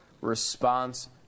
response